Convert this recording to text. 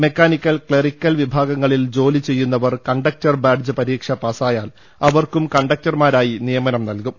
mechanical clerical വിഭാഗങ്ങളിൽ ജോലി ചെയ്യുന്നവർ കണ്ടക്ടർ ബാഡ്ജ് പരീക്ഷ പാസായാൽ അവ ർക്കും കണ്ടക്ടർമാരായി നിയമനം നൽകും